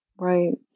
Right